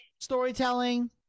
storytelling